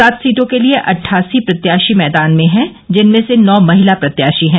सात सीटों के लिये अट्ठासी प्रत्याशी मैदान में हैं जिनमें से नौ महिला प्रत्याशी हैं